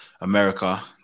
America